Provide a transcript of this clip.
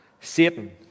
Satan